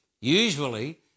usually